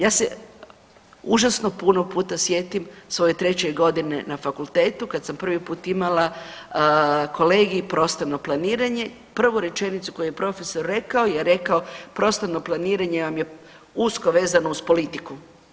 Ja se užasno puno puta sjetim svoje 3 godine na fakultetu kad sam prvi put imala kolegij Prostorno planiranje, prvu rečenicu koju je profesor rekao, je rekao prostorno planiranje vam je usko vezano uz politiku.